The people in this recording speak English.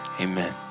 Amen